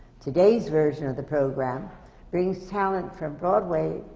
today's version of the program brings talent from broadway,